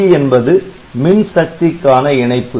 VDD என்பது மின் சக்திக்கான இணைப்பு